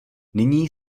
nyní